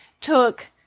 took